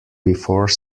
before